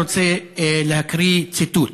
רוצה להקריא ציטוט,